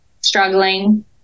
struggling